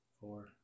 Four